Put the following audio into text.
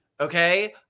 okay